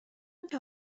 اقا